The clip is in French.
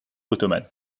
ottomane